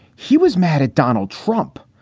he was mad at donald trump.